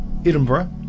Edinburgh